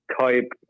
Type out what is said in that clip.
type